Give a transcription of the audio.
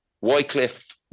Wycliffe